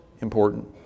important